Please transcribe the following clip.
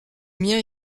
mien